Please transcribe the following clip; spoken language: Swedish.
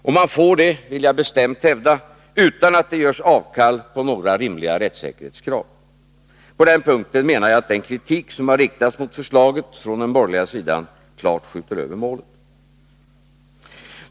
Och man får det — vill jag hävda — utan att det görs avkall på några rimliga rättssäkerhetskrav. På den punkten anser jag att den kritik som riktats mot förslaget från borgerlig sida klart skjuter över målet.